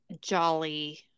jolly